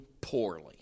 poorly